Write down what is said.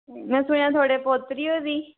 में सुनेआं थोआड़े पोत्तरी होई दी